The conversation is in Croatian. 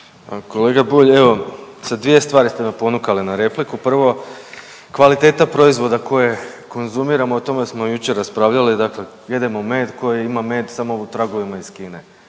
Kolega Bulj evo sa dvije stvari ste me ponukali na repliku. Prvo, kvaliteta proizvoda koje konzumiramo o tome smo jučer raspravljali, dakle jedemo med koji ima med samo u tragovima iz Kine,